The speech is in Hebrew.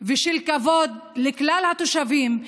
ושל כבוד לכלל התושבים,